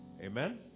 amen